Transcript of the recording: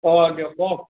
অঁ দিয়ক কওক